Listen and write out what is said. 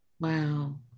Wow